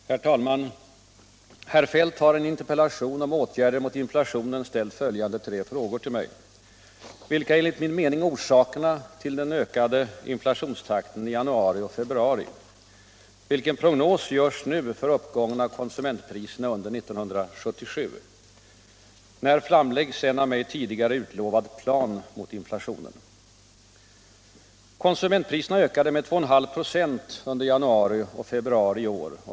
Herr talman! Herr Feldt har i en interpellation om åtgärder mot inflationen ställt följande tre frågor till mig: — Vilka är enligt min mening orsakerna till den ökande inflationstakten i januari och februari? —- Vilken prognos görs nu för uppgången av konsumentpriserna under 1977? —- När framläggs en av mig tidigare utlovad plan mot inflationen? Konsumentpriserna ökade med 2,5 96 under januari och februari i år.